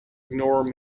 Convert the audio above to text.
ignore